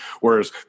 whereas